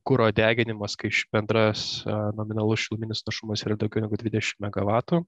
kuro deginimas kai bendras nominalus šiluminis našumas yra daugiau negu dvidešim megavatų